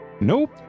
Nope